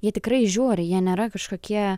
jie tikrai žiūri jie nėra kažkokie